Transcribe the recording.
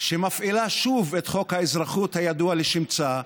שמפעילה שוב את חוק האזרחות הידוע לשמצה,